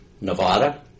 Nevada